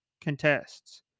contests